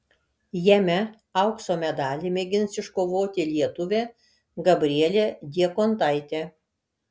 jame aukso medalį mėgins iškovoti lietuvė gabrielė diekontaitė